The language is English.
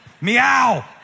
Meow